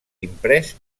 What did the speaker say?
imprès